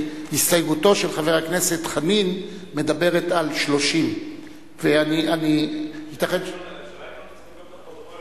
כי הסתייגותו של חבר הכנסת חנין מדברת על 30. השאלה היא אם לא נצטרך לבדוק את הפרוטוקול,